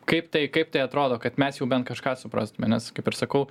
kaip tai kaip tai atrodo kad mes jau bent kažką suprastume nes kaip ir sakau